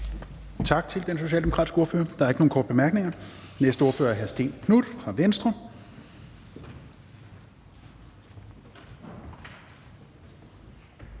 tak til den socialdemokratiske ordfører. Der er ikke nogen korte bemærkninger. Næste ordfører er hr. Stén Knuth fra Venstre.